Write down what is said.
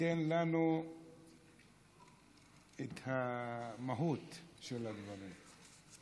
תן לנו את המהות של הדברים.